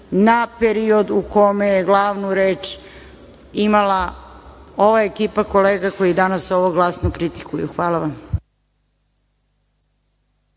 na period u kome je glavnu reč imala ova ekipa kolega koji danas ovo glasno kritikuju. Hvala vam.